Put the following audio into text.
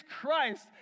Christ